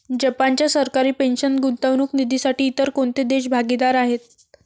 जपानच्या सरकारी पेन्शन गुंतवणूक निधीसाठी इतर कोणते देश भागीदार आहेत?